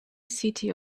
city